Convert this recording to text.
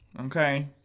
okay